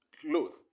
clothes